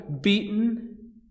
beaten